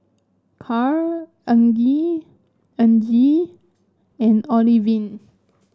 Carl Argie Argie and Olivine